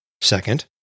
Second